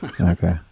Okay